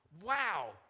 Wow